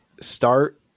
start